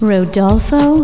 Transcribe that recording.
Rodolfo